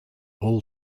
all